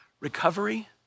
recovery